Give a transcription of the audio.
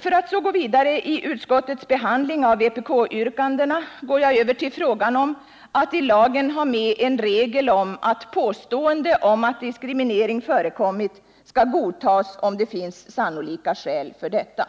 För att så gå vidare i utskottets behandling av vpk-yrkandena går jag över till frågan om att i lagen ha med en regel om att påstående om att diskriminering förekommit skall godtas om det finns sannolika skäl för detta.